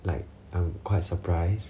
like I'm quite surprised